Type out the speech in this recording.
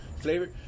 flavor